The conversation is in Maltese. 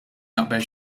naqbel